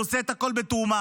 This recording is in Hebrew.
והוא עושה את הכול בתרומה.